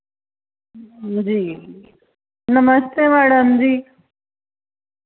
जी नमस्ते मैडम जी